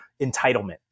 Entitlement